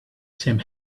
same